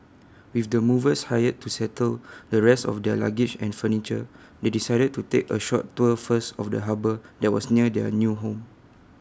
with the movers hired to settle the rest of their luggage and furniture they decided to take A short tour first of the harbour that was near their new home